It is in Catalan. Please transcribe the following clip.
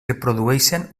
reprodueixen